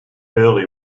early